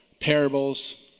parables